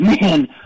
man